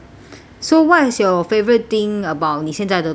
so what's your favorite thing about 你现在的工作